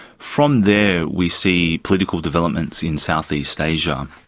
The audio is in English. from there we see political developments in southeast asia,